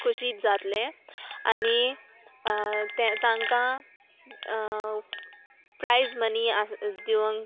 खोशीत जातलें आनी ते तांकां प्रायज मनी आस दिवंक